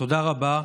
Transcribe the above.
תודה רבה.